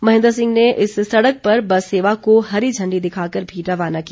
महेन्द्र सिंह ने इस सड़क पर बस सेवा को हरी झण्डी दिखाकर भी रवाना किया